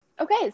Okay